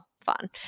Fun